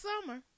summer